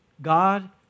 God